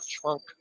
trunk